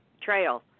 trail